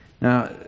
Now